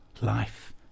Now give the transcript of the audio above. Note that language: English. Life